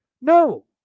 no